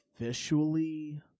officially